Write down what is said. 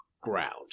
ground